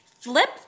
Flip